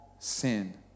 sin